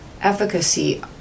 efficacy